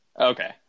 Okay